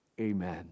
amen